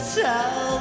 tell